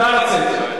נא לצאת.